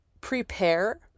prepare